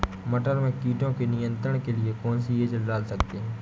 मटर में कीटों के नियंत्रण के लिए कौन सी एजल डाल सकते हैं?